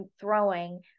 throwing